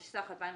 התשס"ח 2007‏,